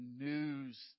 news